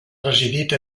residit